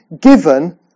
given